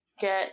get